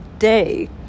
day